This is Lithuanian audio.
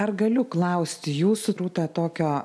ar galiu klausti jūsų rūta tokio